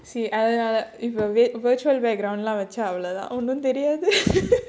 virtual background lah வச்சா அவ்ளோதான் ஒன்னும் தெரியாது:vachaa avlodhaan onnum theriyaathu